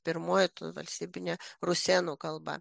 pirmoji valstybinė rusėnų kalba